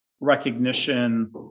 recognition